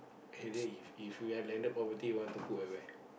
K then if if you have landed property want to put at where